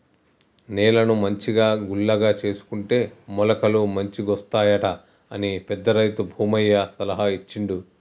నేలను మంచిగా గుల్లగా చేసుకుంటే మొలకలు మంచిగొస్తాయట అని పెద్ద రైతు భూమయ్య సలహా ఇచ్చిండు